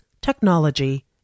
technology